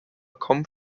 kommen